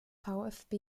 vfb